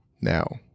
now